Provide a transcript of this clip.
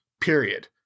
period